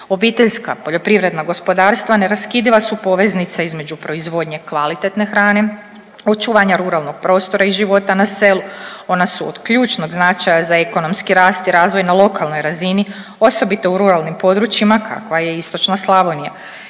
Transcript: istočne Slavonije. OPG-ovi neraskidiva su poveznica između proizvodnje kvalitetne hrane, očuvanja ruralnog prostora i života na selu. Ona su od ključnog značaja za ekonomski rast i razvoj na lokalnoj razini, osobito u ruralnim područjima, kakva je istočna Slavonija.